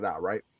Right